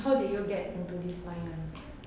how did you get into this line [one]